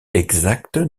exact